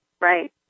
right